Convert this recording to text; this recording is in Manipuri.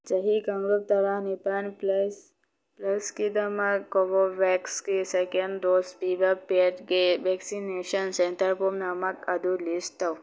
ꯆꯍꯤ ꯀꯥꯡꯂꯨꯞ ꯇꯔꯥꯅꯤꯄꯥꯜ ꯄ꯭ꯂꯁ ꯄ꯭ꯂꯁꯀꯤꯗꯃꯛ ꯀꯣꯚꯣꯚꯦꯛꯁꯒꯤ ꯁꯦꯀꯦꯟ ꯗꯣꯁ ꯄꯤꯕ ꯄꯦꯠꯀꯤ ꯚꯦꯛꯁꯤꯟꯅꯦꯁꯟ ꯁꯦꯟꯇꯔ ꯄꯨꯝꯅꯃꯛ ꯑꯗꯨ ꯂꯤꯁ ꯇꯧ